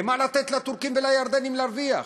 למה לתת לטורקים ולירדנים להרוויח?